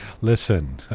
listen